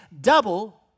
double